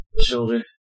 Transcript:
shoulder